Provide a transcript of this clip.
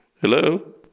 hello